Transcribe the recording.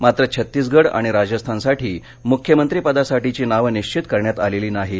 मात्र छत्तीसगढ आणि राजस्थानसाठी मुख्यमंत्रीपदासाठीची नावे निश्वित करण्यात आलेली नाहीत